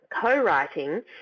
co-writing